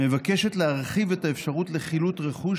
מבקשת להרחיב את האפשרות לחילוט רכוש